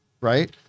right